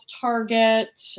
Target